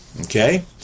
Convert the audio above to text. okay